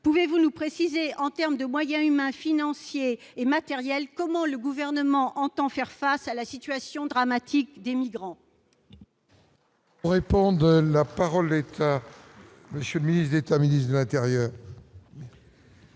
pouvez-vous nous préciser en termes de moyens humains, financiers et matériels, comment le gouvernement entend faire face à la situation dramatique des migrants. Oui, répondent la parole est à monsieur le ministre d'État, ministre de l'Intérieur.